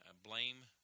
blame